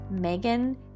megan